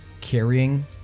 carrying